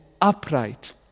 upright